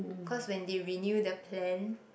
cause when they renew the plan